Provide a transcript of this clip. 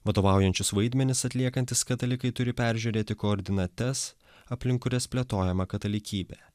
vadovaujančius vaidmenis atliekantys katalikai turi peržiūrėti koordinates aplink kurias plėtojama katalikybė